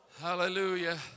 Hallelujah